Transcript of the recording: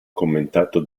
commentato